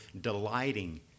delighting